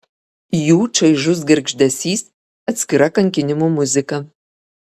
jų čaižus girgždesys atskira kankinimų muzika